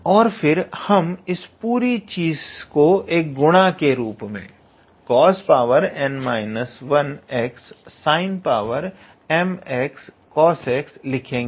और फिर हम इस पूरी चीज को एक गुणा के रूप में 𝑐𝑜𝑠𝑛−1x𝑠𝑖𝑛𝑚𝑥𝑐𝑜𝑠𝑥 लिखेंगे